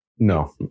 No